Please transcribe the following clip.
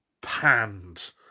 panned